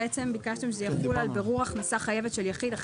ביקשתם שזה יחול על בירור הכנסה חייבת של יחיד,